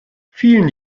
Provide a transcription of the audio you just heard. fielen